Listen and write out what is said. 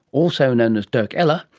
also known as dirk erler,